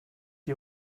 die